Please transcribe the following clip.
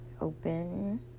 Open